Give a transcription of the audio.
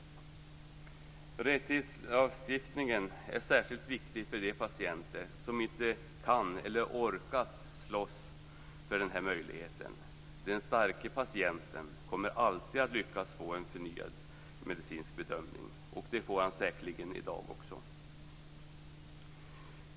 Rättighetslagstiftningen är särskilt viktigt för de patienter som inte kan eller orkar slåss för den här möjligheten. Den starke patienten kommer alltid att lyckas få en förnyad medicinsk bedömning. Det får han säkerligen i dag också.